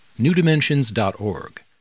newdimensions.org